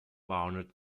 barnard